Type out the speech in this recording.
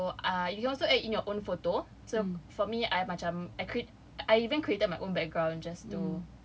so uh you can also add in your own photo so for me I macam I create I even created my own background just to